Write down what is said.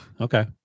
Okay